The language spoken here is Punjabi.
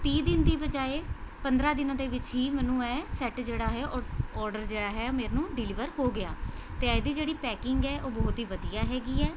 ਤੀਹ ਦਿਨ ਦੀ ਬਜਾਏ ਪੰਦਰ੍ਹਾਂ ਦਿਨਾਂ ਦੇ ਵਿੱਚ ਹੀ ਮੈਨੂੰ ਇਹ ਸੈੱਟ ਜਿਹੜਾ ਹੈ ਔਡਰ ਜੋ ਹੈ ਮੈਨੂੰ ਡਿਲੀਵਰ ਹੋ ਗਿਆ ਅਤੇ ਇਹਦੀ ਜਿਹੜੀ ਪੈਕਿੰਗ ਹੈ ਉਹ ਬਹੁਤ ਹੀ ਵਧੀਆ ਹੈਗੀ ਹੈ